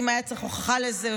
אם היה צריך הוכחה לזה,